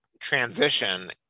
transition